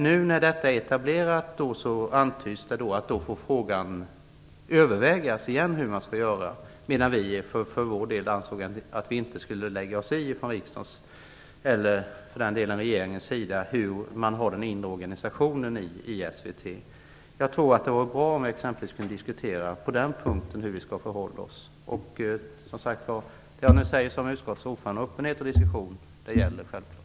Nu när det här är etablerat antyds det att frågan får övervägas igen. För vår del ansåg vi att riksdagen inte, och för den delen inte heller regeringen, skall lägga sig i den inre organisationen i SVT. Jag tror att det vore bra om vi t.ex. kunde diskutera hur vi skall förhålla oss på den punkten. Som utskottets ordförande säger jag: Öppenhet och diskussion gäller självklart.